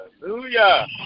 Hallelujah